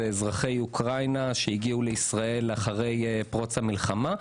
אזרחי אוקראינה שהגיעו לישראל אחרי פרוץ המלחמה,